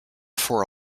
for